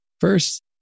first